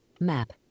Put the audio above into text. Map